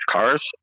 cars